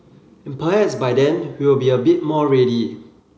and perhaps by then we'll be a bit more ready